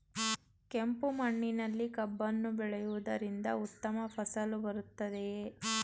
ಕೆಂಪು ಮಣ್ಣಿನಲ್ಲಿ ಕಬ್ಬನ್ನು ಬೆಳೆಯವುದರಿಂದ ಉತ್ತಮ ಫಸಲು ಬರುತ್ತದೆಯೇ?